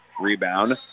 Rebound